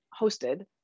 hosted